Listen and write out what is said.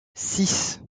six